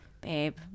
babe